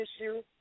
issue